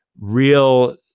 real